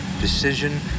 Decision